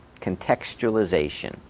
contextualization